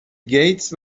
گیتس